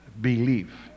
believe